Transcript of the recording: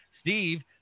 Steve